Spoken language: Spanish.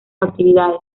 actividades